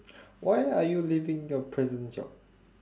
why are you leaving your present job